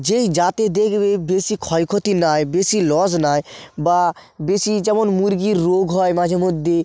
যেই জাতে দেখবে বেশি ক্ষয় ক্ষতি নাই বেশি লস নাই বা বেশি যেমন মুরগির রোগ হয় মাঝে মধ্যে